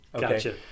Gotcha